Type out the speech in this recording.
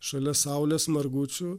šalia saulės margučių